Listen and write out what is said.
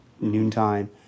noontime